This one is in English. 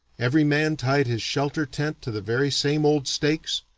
every man tied his shelter tent to the very same old stakes,